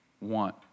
want